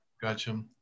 Gotcha